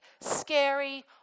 scary